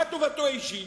מה טובתו האישית,